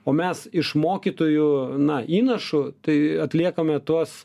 o mes iš mokytojų na įnašų tai atliekame tuos